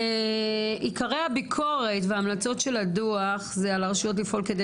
עיקרי הביקורת וההמלצות של הדוח זה על הרשויות לפעול כדי